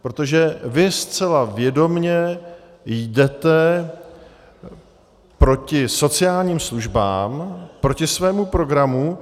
Protože vy zcela vědomě jdete proti sociálním službám, proti svému programu.